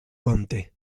compte